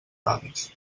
dades